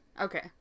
Okay